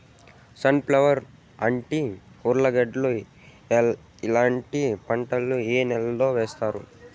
Sun flower, అంటి, ఉర్లగడ్డలు ఇలాంటి పంటలు ఏ నెలలో వేస్తారు?